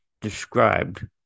described